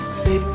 say